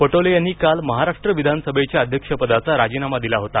पटोले यांनी काल महाराष्ट्र विधानसभेच्या अध्यक्षपदाचा राजीनामा दिला होता